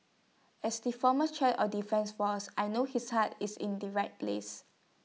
as the former chief of defence force I know his heart is in the right place